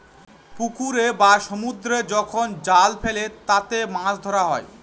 পুকুরে বা সমুদ্রে যখন জাল ফেলে তাতে মাছ ধরা হয়